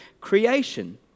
creation